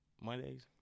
Mondays